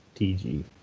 TG